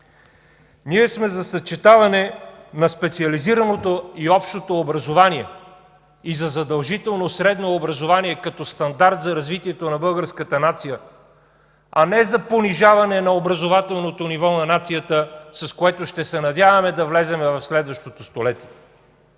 Ние сме за съчетаване на специализираното и общото образование и за задължително средно образование като стандарт за развитието на българската нация, а не за понижаване на образователното ниво на нацията, с което ще се надяваме да влезем в следващото столетие.